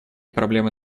проблемы